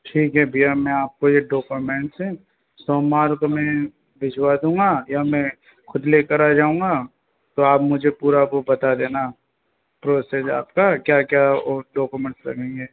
ठीक है भैया में आपको ये डोकोमेंट्स है सोमवार को में भेजवा दूँगा या मैं खुद लेकर आजाऊंगा तो आप मुझे पूरा वो बता देना प्रोसेस आपका क्या क्या और डोकोमेंट्स लगेंगे